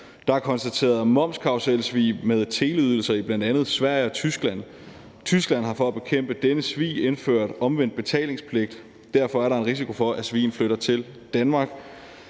Der er konstateret momskarruselsvig med teleydelser i bl.a. Sverige og Tyskland. Tyskland har for at bekæmpe denne svig indført omvendt betalingspligt, og derfor er der en risiko for, at svigen flytter til Danmark.